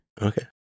Okay